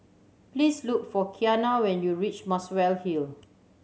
please look for Kiana when you reach Muswell Hill